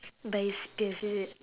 by his peers is it